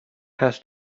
has